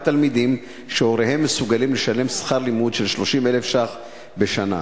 תלמידים שהוריהם מסוגלים לשלם שכר לימוד של 30,000 שקלים בשנה?